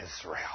Israel